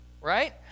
right